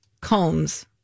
Combs